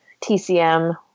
TCM